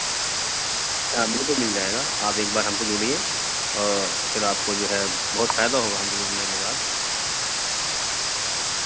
ہاں میرے کو مل جائے گا آپ ایک بار ہم سے جڑیے اور پھر آپ کو جو ہے بہت فائدہ ہوگا ہم سے جڑنے کے بعد